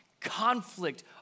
conflict